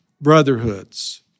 brotherhoods